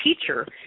teacher